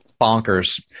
Bonkers